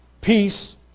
peace